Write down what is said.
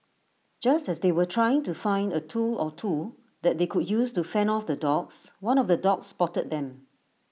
just as they were trying to find A tool or two that they could use to fend off the dogs one of the dogs spotted them